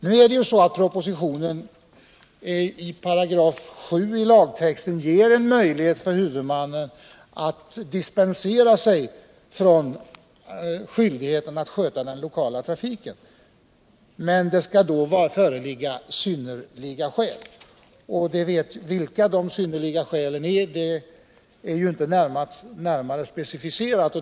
Nu är det ju så att 7 § i lagtexten enligt propositionen ger huvudmannen en möjlighet att dispensera sig från skyldigheten att sköta den lokala trafiken. Men det skall då föreligga synnerliga skäl, och vilka dessa synnerliga skäl är finns ju inte närmare specificerat.